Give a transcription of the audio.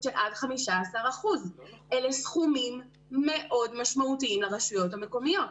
של עד 15%. אלו סכומים מאוד משמעותיים לרשויות המקומיות.